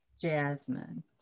Jasmine